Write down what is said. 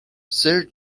sir